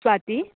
Swati